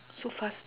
so fast